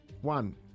one